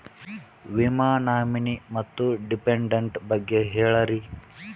ವಿಮಾ ನಾಮಿನಿ ಮತ್ತು ಡಿಪೆಂಡಂಟ ಬಗ್ಗೆ ಹೇಳರಿ?